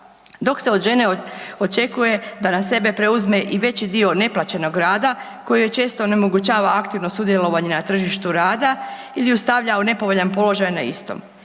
dok se od žene očekuje da na sebe preuzme i veći dio neplaćenog rada koji joj često onemogućava aktivno sudjelovanje na tržištu rada ili ju stavlja u nepovoljan položaj na istom.